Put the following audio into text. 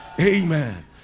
amen